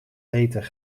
eten